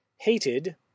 Hated